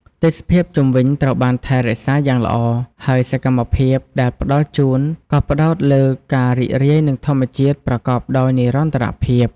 ទេសភាពជុំវិញត្រូវបានថែរក្សាយ៉ាងល្អ ហើយសកម្មភាពដែលផ្តល់ជូនក៏ផ្តោតលើការរីករាយនឹងធម្មជាតិប្រកបដោយនិរន្តរភាព។